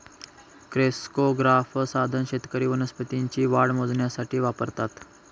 crescograph साधन शेतकरी वनस्पतींची वाढ मोजण्यासाठी वापरतात